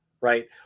right